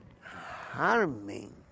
harming